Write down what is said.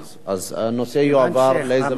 אז הנושא יועבר, לאיזו ועדה?